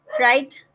Right